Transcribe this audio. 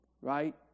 right